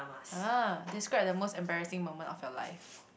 [huh] describe the most embarrassing moment of your life